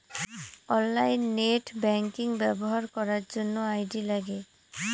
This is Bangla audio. অনলাইন নেট ব্যাঙ্কিং ব্যবহার করার জন্য আই.ডি লাগে